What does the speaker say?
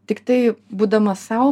tiktai būdama sau